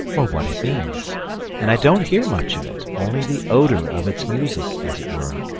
or what it means and i don't hear much of it, only the odour of its music, as it were,